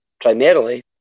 Primarily